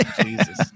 Jesus